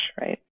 right